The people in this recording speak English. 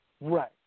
Right